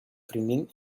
vriendin